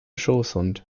schoßhund